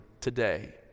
today